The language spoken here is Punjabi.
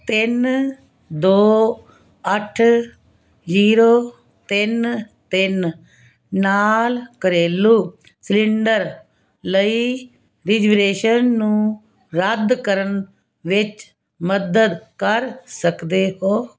ਤਿੰਨ ਦੋ ਅੱਠ ਜੀਰੋ ਤਿੰਨ ਤਿੰਨ ਨਾਲ ਘਰੇਲੂ ਸਿਲੰਡਰ ਲਈ ਰਿਜਵ੍ਰੇਸ਼ਨ ਨੂੰ ਰੱਦ ਕਰਨ ਵਿੱਚ ਮਦਦ ਕਰ ਸਕਦੇ ਹੋ